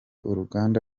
uruganda